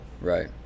right